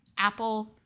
Apple